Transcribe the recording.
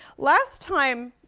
last time,